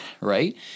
right